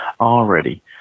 already